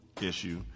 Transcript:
issue